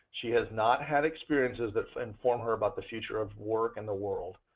she has not had experiences that inform her about the future of work and the world.